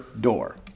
door